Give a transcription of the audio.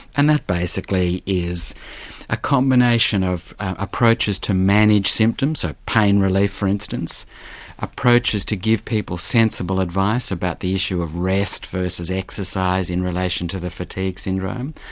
and that basically is a combination of approaches to manage symptoms, say, ah pain relief for instance approaches to give people sensible advice about the issue of rest versus exercise in relation to the fatigue syndrome.